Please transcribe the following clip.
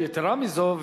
יתירה מזו,